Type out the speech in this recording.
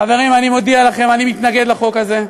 חברים, אני מודיע לכם, אני מתנגד לחוק הזה,